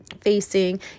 facing